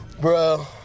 Bro